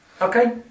Okay